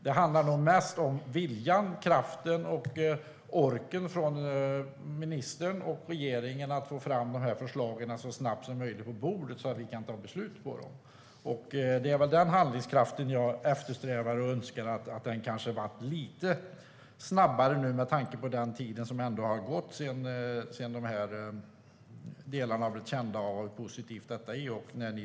Det handlar nog mest om viljan, kraften och orken från ministern och regeringen att få dessa förslag så snabbt som möjligt på bordet, så att vi kan ta beslut om dem. Det var den handlingskraften som jag eftersträvade och önskade och att detta skulle ske lite snabbare när ni tog över regeringsmakten, med tanke på den tid som ändå har gått sedan det har blivit känt hur positivt detta är.